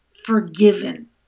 forgiven